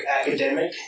academic